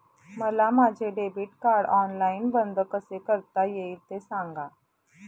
मला माझे debit card online बंद कसे करता येईल, ते सांगा